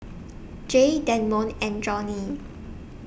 Jay Damond and Joni